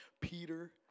Peter